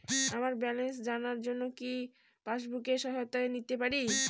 আমার ব্যালেন্স জানার জন্য কি পাসবুকের সহায়তা নিতে পারি?